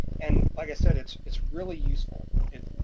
and like i said, it's it's really useful. and